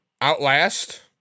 Outlast